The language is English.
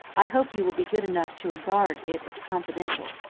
i hope you will be good enough to regard it as confidential,